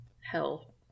hell